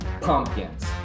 Pumpkins